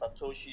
satoshi